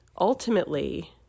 Ultimately